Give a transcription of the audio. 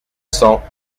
cents